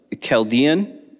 Chaldean